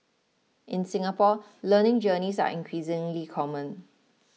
in Singapore learning journeys are increasingly common